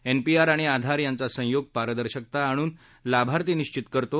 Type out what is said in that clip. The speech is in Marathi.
एनपीआर आणि आधार यांचा संयोग पारदर्शकता आणून लाभार्थी निश्चित करतो